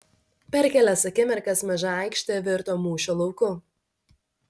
per kelias akimirkas maža aikštė virto mūšio lauku